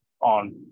on